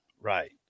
right